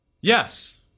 yes